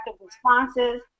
responses